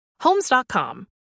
Homes.com